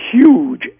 huge